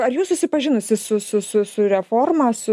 ar jūs susipažinusi su su su su reforma su